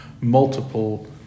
multiple